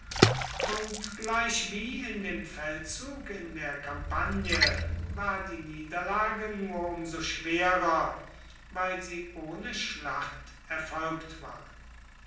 und gleichwie in dem feldzug in der champagne war die niederlage nur um so schwerer weil sie ohne schlacht erfolgt war